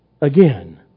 again